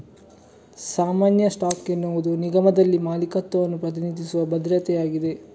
ಸಾಮಾನ್ಯ ಸ್ಟಾಕ್ ಎನ್ನುವುದು ನಿಗಮದಲ್ಲಿ ಮಾಲೀಕತ್ವವನ್ನು ಪ್ರತಿನಿಧಿಸುವ ಭದ್ರತೆಯಾಗಿದೆ